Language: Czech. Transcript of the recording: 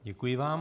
Děkuji vám.